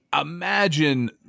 imagine